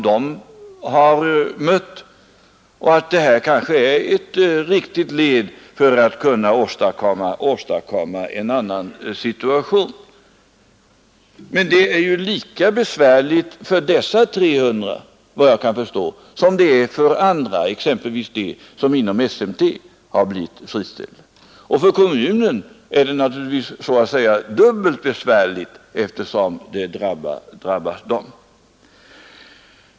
Det här kanske är en riktig åtgärd för att åstadkomma en bättre situation. Men det är naturligtvis lika besvärligt för dessa 300 att bli friställda som det är för andra, exempelvis vid SMT, och för kommunen är det naturligtvis dubbelt besvärligt.